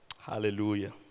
Hallelujah